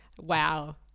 Wow